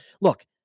Look